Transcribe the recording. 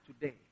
today